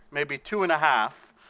maybe two and a half,